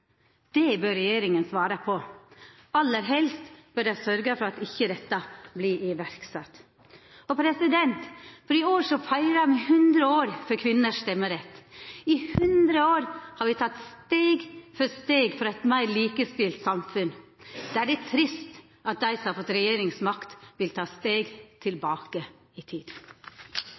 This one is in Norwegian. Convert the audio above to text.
Det bør regjeringa svara på, aller helst bør dei sørgja for at dette ikkje vert sett i verk. I år feirar me 100 år for kvinner sin stemmerett. I 100 år har me teke steg for steg for eit meir likestilt samfunn. Da er det trist at dei som har fått regjeringsmakt, vil ta steg tilbake i tid.